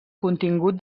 contingut